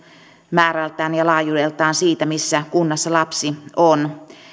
määrältään ja laajuudeltaan siitä missä kunnassa lapsi on